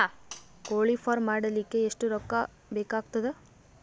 ಕೋಳಿ ಫಾರ್ಮ್ ಮಾಡಲಿಕ್ಕ ಎಷ್ಟು ರೊಕ್ಕಾ ಬೇಕಾಗತದ?